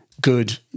good